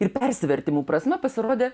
ir persivertimų prasme pasirodė